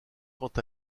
quant